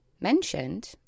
mentioned